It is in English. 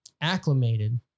acclimated